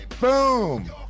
Boom